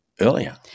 earlier